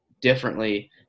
differently